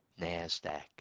NASDAQ